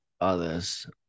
others